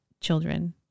children